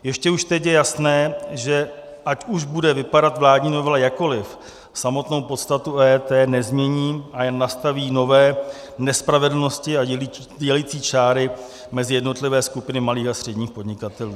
Ještě už teď je jasné, že ať už bude vypadat vládní novela jakkoli, samotnou podstatu EET nezmění, ale jen nastaví nové nespravedlnosti a dělicí čáry mezi jednotlivé skupiny malých a středních podnikatelů.